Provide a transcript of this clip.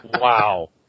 Wow